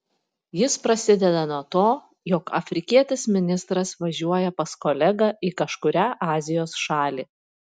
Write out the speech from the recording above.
jis prasideda nuo to jog afrikietis ministras važiuoja pas kolegą į kažkurią azijos šalį